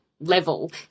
level